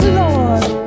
lord